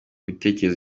bitekerezo